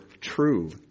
true